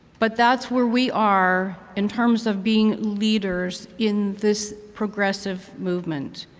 but that's where we are in terms of being leaders in this progressive movement.